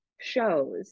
shows